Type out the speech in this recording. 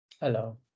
Hello